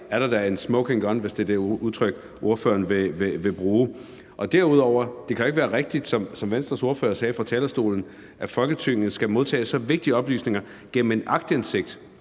er der da en smoking gun, hvis det er det udtryk, ordføreren vil bruge. Derudover kan det jo, som Venstres ordfører sagde fra talerstolen, ikke være rigtigt, at Folketinget skal modtage så vigtige oplysninger gennem en aktindsigt.